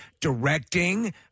directing